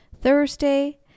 Thursday